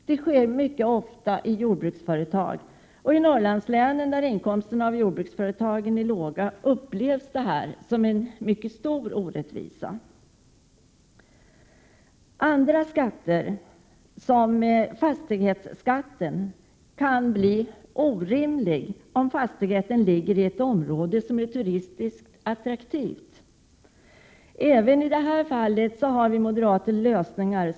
Detta sker ofta inom jordbruksföretag. I Norrlandslänen, där inkomsterna av jordbruksföretag är låga, upplevs detta som en mycket stor orättvisa. Andra skatter, t.ex. fastighetsskatten, kan få orimliga konsekvenser om fastigheten ligger i ett område som är turistiskt attraktivt. Även i detta fall har vi moderater lösningar.